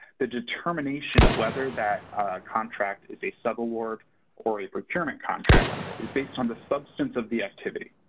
the determination of whether that contract is a subaward or a procurement contract is based on the substance of the activity.